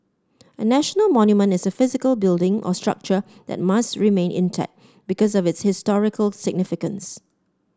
a national monument is a physical building or structure that must remain intact because of its historical significance